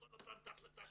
נשקול שוב את ההחלטה שלנו.